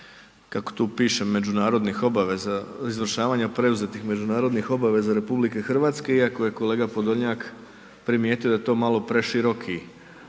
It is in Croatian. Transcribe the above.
obaveza, izvršavanja preuzetih međunarodnih obaveza Republike Hrvatske iako je kolega Podolnjak primijetio da je to malo preširoki